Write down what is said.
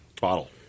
Bottle